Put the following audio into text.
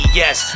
yes